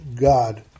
God